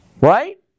right